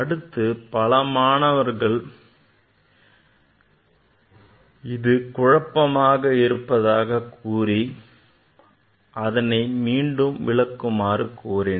ஆனால் பல மாணவர்கள் குழப்பமாக இருப்பதாக கூறி அதனை மீண்டும் விளக்குமாறு கோரினர்